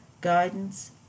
guidance